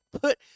put